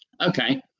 okay